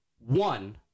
one